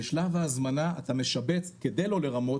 בשלב ההזמנה אתה משבץ כדי לא לרמות,